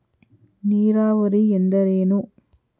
ನೀರಾವರಿ ಎಂದರೇನು?